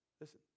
Listen